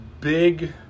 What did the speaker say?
big